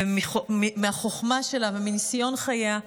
מהחוכמה שלה ומניסיון חייה,